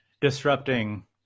disrupting